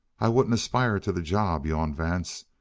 i wouldn't aspire to the job, yawned vance,